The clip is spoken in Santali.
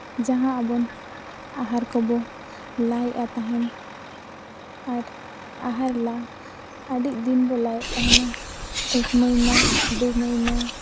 ᱡᱟᱦᱟᱸ ᱟᱵᱚᱱ ᱟᱦᱟᱨ ᱠᱚᱵᱚ ᱞᱟᱭᱮᱜᱼᱟ ᱛᱟᱦᱮᱱ ᱟᱨ ᱟᱦᱟᱨ ᱞᱟ ᱟᱹᱰᱤ ᱫᱤᱱ ᱵᱚ ᱞᱟᱭᱮᱫ ᱛᱟᱦᱮᱱᱟ ᱮᱠ ᱢᱟᱭᱱᱟᱹ ᱫᱩ ᱢᱟᱭᱱᱟᱹ